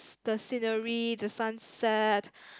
the scenery the sunset